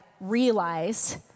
realize